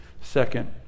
Second